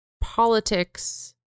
politics